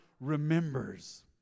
remembers